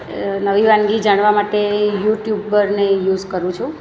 એ નવી વાનગી જાણવા માટે યુટ્યુબરને યુસ કરું છું